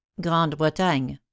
Grande-Bretagne